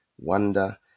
Wonder